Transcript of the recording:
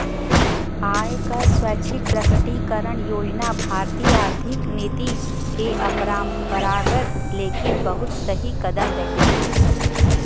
आय क स्वैच्छिक प्रकटीकरण योजना भारतीय आर्थिक नीति में अपरंपरागत लेकिन बहुत सही कदम रहे